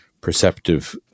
perceptive